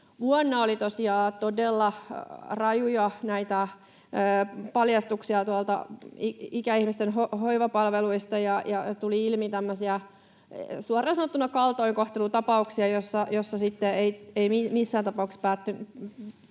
tosiaan todella rajuja paljastuksia ikäihmisten hoivapalveluista ja tuli ilmi suoraan sanottuna tämmöisiä kaltoinkohtelutapauksia, joissa eivät missään tapauksessa täyttyneet